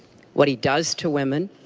what he does to women,